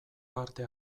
parte